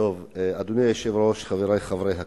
אדוני היושב-ראש, חברי חברי הכנסת,